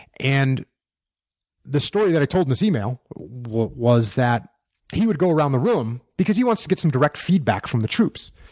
and the story that i told in this email was that he would go around the room, because he wants to get some direct feedback from the troops.